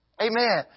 Amen